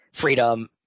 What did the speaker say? freedom